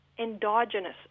endogenous